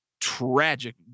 tragic